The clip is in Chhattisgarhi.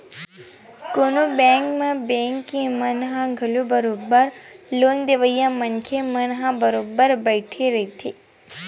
कोनो बेंक म बेंक के मन ह घलो बरोबर लोन देवइया मनखे मन ह बरोबर बइठे रहिथे